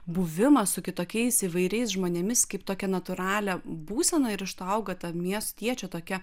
buvimą su kitokiais įvairiais žmonėmis kaip tokią natūralią būseną ir iš to auga ta miestiečio tokia